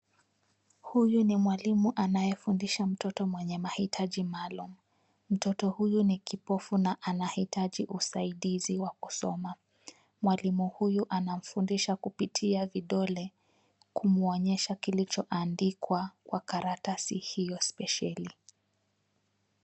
Huyu ni mwalimu anayefundisha mtoto mwenye mahitaji maalum. Mtoto huyu ni kipofu na anahitaji usaidizi wa kusoma. Mwalimu huyu anamfundisha kupitia vidole kumwonyesha kilichoandikwa kwa karatasi hiyo spesheli.